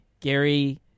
Gary